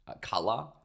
color